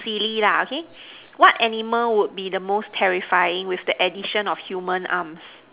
silly lah okay what animal would be the most terrifying with the addition of human arms